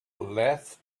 left